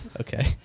okay